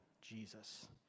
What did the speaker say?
Jesus